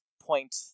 point